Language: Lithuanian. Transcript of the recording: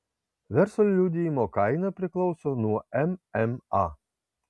verslo liudijimo kaina priklauso nuo mma